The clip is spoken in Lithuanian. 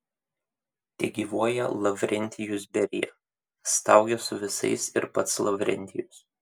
tegyvuoja lavrentijus berija staugė su visais ir pats lavrentijus